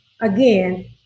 again